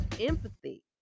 empathy